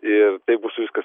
ir tai bus viskas